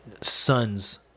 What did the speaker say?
son's